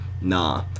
nah